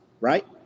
right